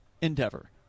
endeavor